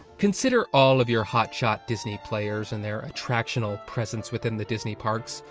consider all of your hot shot disney players and their attractional presense within the disney parks.